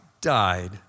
died